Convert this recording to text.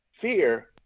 fear